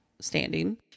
standing